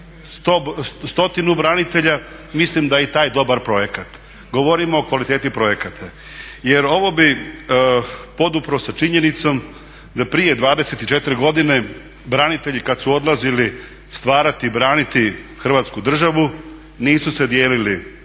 100 branitelja mislim da je i to dobar projekt. Govorimo o kvaliteti projekata. Jer ovo bi podupro sa činjenicom da prije 24 godine branitelji kad su odlazili stvarati, braniti Hrvatsku državu nisu se dijelili